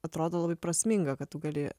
atrodo labai prasminga kad tu gali